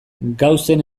gaussen